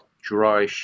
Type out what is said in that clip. dry